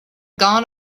gone